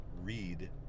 read